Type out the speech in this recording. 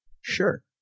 Sure